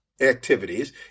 activities